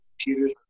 computers